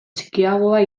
txikiagoa